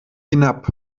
hinab